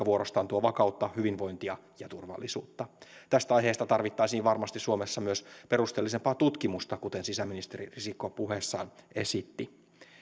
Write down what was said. vuorostaan tuo vakautta hyvinvointia ja turvallisuutta tästä aiheesta tarvittaisiin varmasti suomessa myös perusteellisempaa tutkimusta kuten sisäministeri risikko puheessaan esitti